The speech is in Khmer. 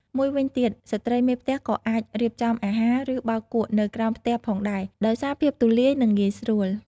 មួយវិញទៀត ស្ត្រីមេផ្ទះក៏អាច រៀបចំអាហារ ឬ បោកគក់ នៅក្រោមផ្ទះផងដែរ ដោយសារភាពទូលាយ និងងាយស្រួល ។